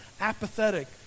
apathetic